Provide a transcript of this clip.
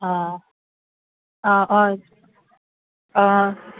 অঁ অঁ অঁ অঁ